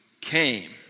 came